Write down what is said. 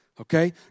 okay